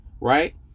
right